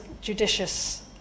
judicious